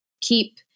keep